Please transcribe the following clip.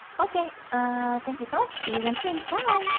okay thank you so much! see you again soon! bye!